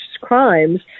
crimes